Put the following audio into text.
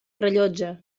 rellotge